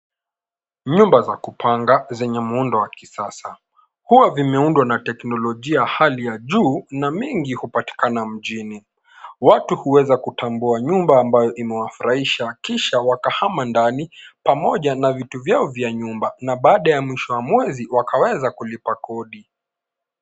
Nyumba za kupanga zenye muundo wa kisasa. Huwa vimeundwa na teknolojia hali ya juu na mingi hupatikana mjini. Watu huweza kutambua nyumba ambayo imewafurahisha kisha wakahama ndani pamoja na vitu vyao vya nyumba na baada ya mwisho wa mwezi wakaweza kulipa kodi.